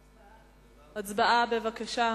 הצבעה, בבקשה.